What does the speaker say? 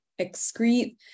excrete